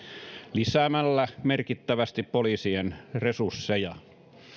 lisäämällä merkittävästi poliisien resursseja